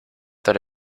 that